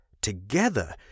together